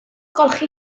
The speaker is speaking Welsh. golchi